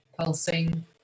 pulsing